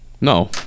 No